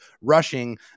rushing